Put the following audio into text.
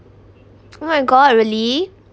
oh my god really